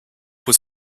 was